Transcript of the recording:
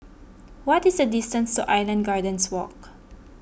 what is the distance Island Gardens Walk